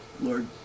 Lord